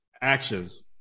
actions